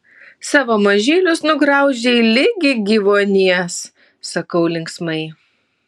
savo mažylius nugraužei ligi gyvuonies sakau linksmai